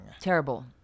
terrible